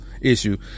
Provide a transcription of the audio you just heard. issue